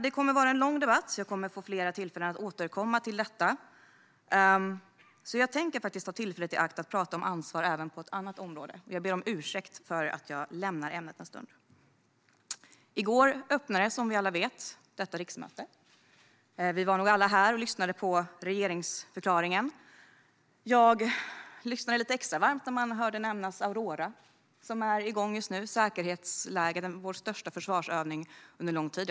Det kommer att vara en lång debatt, och jag får flera tillfällen att återkomma till detta, så jag tänker ta tillfället i akt att prata om ansvar även på ett annat område. Jag ber om ursäkt för att jag lämnar ämnet en stund. I går öppnades, som vi alla vet, detta riksmöte. Vi var nog alla här och lyssnade på regeringsförklaringen. Jag lyssnade lite extra mycket när jag hörde nämnas Aurora, som är igång just nu. Det är vår största försvarsövning på mycket lång tid.